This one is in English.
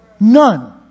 None